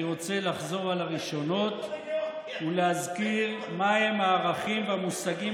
אני רוצה לחזור על הראשונות ולהזכיר מהם הערכים והמושגים